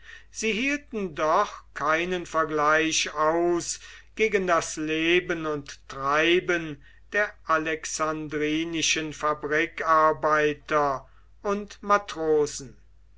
sie hielten doch keinen vergleich aus gegen das leben und treiben der alexandrinischen fabrikarbeiter und matrosen